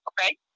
okay